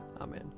Amen